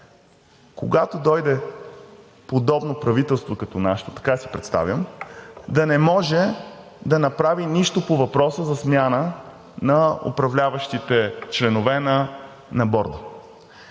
когато дойде подобно правителство като нашето, така си представям, да не може да направи нищо по въпроса за смяна на управляващите членове на Борда.